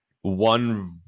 one